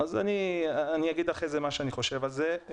אז אחרי זה אני אגיד מה שאני חושב על זה.